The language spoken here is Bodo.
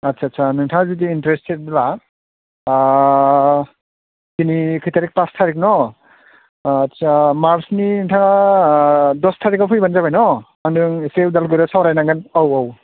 आदसा आदसा नोंथाङा जुदि इन्ट्रेस्टेडब्ला दिनै खै थारिख पास थारिख न आदसा मार्चनि नोंथाङा दसथारिखआव फैब्लानो जाबाय न आंजों एसे उदालगुरिआव सावरायनांगोन औ औ